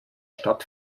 stadt